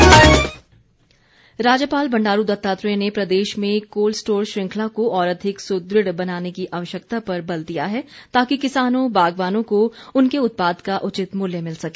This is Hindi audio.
राज्यपाल राज्यपाल बंडारू दत्तात्रेय ने प्रदेश में कोल्ड स्टोर श्रृंखला को और अधिक सुदृढ़ बनाने की आवश्यकता पर बल दिया है ताकि किसानों बागवानों को उनके उत्पाद का उचित मूल्य मिल सके